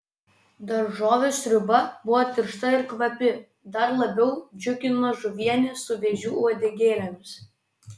daržovių sriuba buvo tiršta ir kvapi dar labiau džiugino žuvienė su vėžių uodegėlėmis